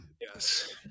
Yes